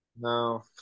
No